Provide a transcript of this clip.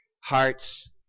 heart's